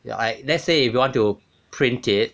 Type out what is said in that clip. like let's say if you want to print it